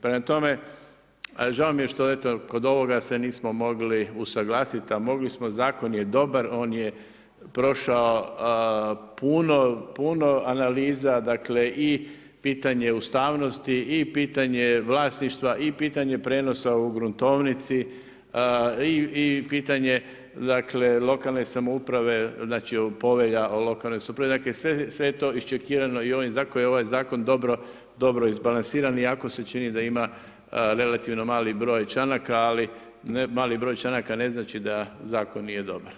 Prema tome, žao mi je što eto kod ovoga se nismo mogli usuglasiti, a mogli smo, zakon je dobar, on je prošao puno, puno analiza, dakle i pitanje ustavnosti i pitanje vlasništva i pitanje prijenosa u gruntovnici, i pitanje lokalne samouprave, Povelja o lokalnoj samoupravi, dakle sve je to iščkekirano i ovim zakonom i ovaj zakon je dobro izbalansiran iako se čini da ima relativno mali broj članaka ali mali broj članaka ne znači da zakon nije dobar.